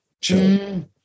chill